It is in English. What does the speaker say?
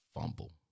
fumble